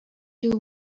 you